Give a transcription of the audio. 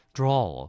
draw